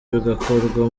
bigakorwa